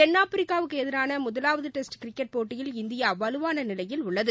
தென்னாப்பிரிக்காவுக்கு எதிரான முதலாவது டெஸ்ட் கிரிக்கெட் போட்டியில் இந்தியா வலுவான நிலையில் உள்ளது